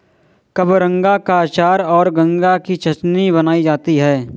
कबरंगा का अचार और गंगा की चटनी बनाई जाती है